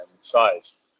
size